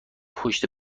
پشت